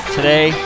Today